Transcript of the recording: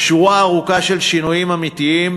שורה ארוכה של שינויים אמיתיים,